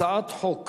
הצעת חוק